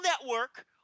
network